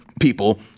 people